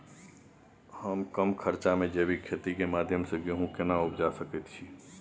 हम कम खर्च में जैविक खेती के माध्यम से गेहूं केना उपजा सकेत छी?